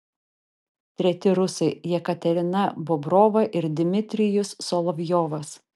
treti rusai jekaterina bobrova ir dmitrijus solovjovas